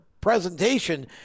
presentation